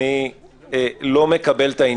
אני לא מקבל את העניין